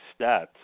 stats